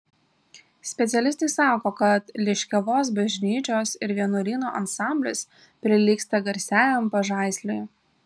specialistai sako kad liškiavos bažnyčios ir vienuolyno ansamblis prilygsta garsiajam pažaisliui